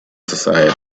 society